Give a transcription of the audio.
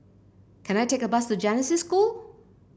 can I take a bus to Genesis School